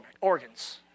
organs